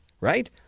right